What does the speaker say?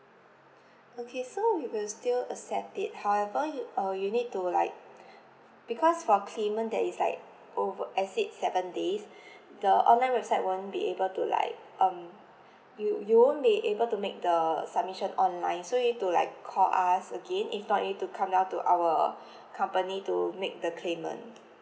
okay so we will still accept it however you uh you need to like because for claimant that is like over exceed seven days the online website won't be able to like um you you won't be able to make the submission online so you need to like call us again if not you need to come down to our company to make the claimant